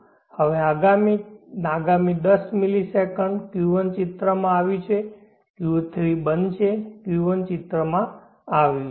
અને હવે આગામી 10 મિલિસેકન્ડ Q1 ચિત્રમાં આવ્યું છે Q3 બંધ છે Q1 ચિત્રમાં આવ્યું છે